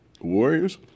Warriors